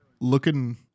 looking